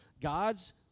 God's